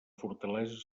fortalesa